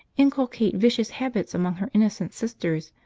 inculcate vicious habits among her innocent sisters,